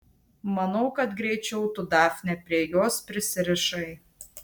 manau kad greičiau tu dafne prie jos prisirišai